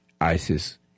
ISIS